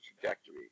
trajectory